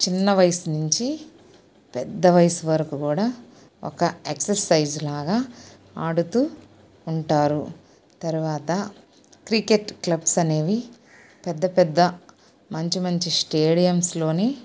చిన్న వయస్సు నుంచి పెద్ద వయస్సు వరకు కూడా ఒక ఎక్ససైజ్లాగా ఆడుతూ ఉంటారు తరువాత క్రికెట్ క్లబ్స్ అనేవి పెద్ద పెద్ద మంచి మంచి స్టేడియంస్లోని